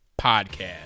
Podcast